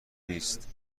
نیست